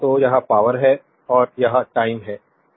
तो यह पावरहै और यह टाइम है